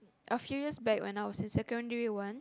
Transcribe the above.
a few years back when I was in secondary one